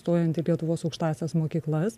stojant į lietuvos aukštąsias mokyklas